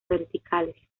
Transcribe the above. verticales